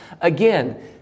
Again